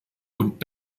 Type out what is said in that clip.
und